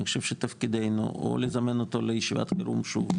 אני חושב שתפקידנו או לזמן אותו לישיבת חירום שוב,